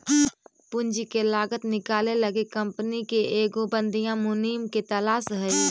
पूंजी के लागत निकाले लागी कंपनी के एगो बधियाँ मुनीम के तलास हई